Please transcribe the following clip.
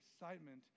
excitement